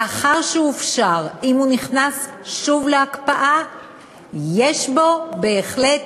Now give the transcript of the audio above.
לאחר שהופשר, אם הוא נכנס שוב להקפאה יש בו בהחלט